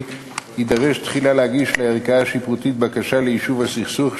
יידרש תחילה להגיש לערכאה השיפוטית בקשה ליישוב הסכסוך,